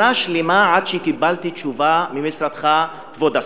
שנה שלמה עד שקיבלתי תשובה ממשרדך, כבוד השר.